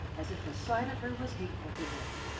as if the sight of her was hateful to him,